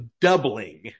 doubling